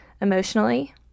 emotionally